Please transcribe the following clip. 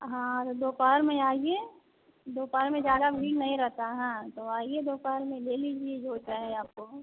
हाँ दोपहर में आइए दोपहर में ज़्यादा भीड़ नहीं रहता हैं हाँ तो आइए दोपहर में ले लीजिए जो चाहे आपको